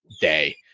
day